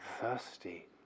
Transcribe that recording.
thirsty